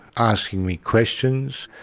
asking me questions.